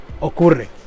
ocurre